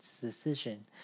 decision